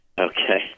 Okay